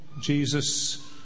Jesus